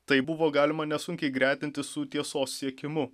tai buvo galima nesunkiai gretinti su tiesos siekimu